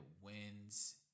wins